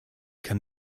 kann